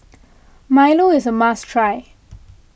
Milo is a must try